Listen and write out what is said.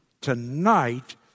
tonight